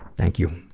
thank you.